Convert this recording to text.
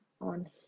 on